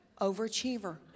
overachiever